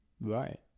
right